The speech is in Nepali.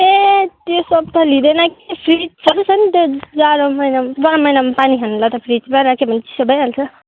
ए त्यो सब त लिइँदैन कि फ्रिज छ कि छ नि त्यो जाडो महिनामा गरम महिनामा पानी खानुलाई त फ्रिजमा राख्यो भने चिसो भइहाल्छ